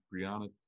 brianna